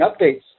updates